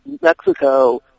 Mexico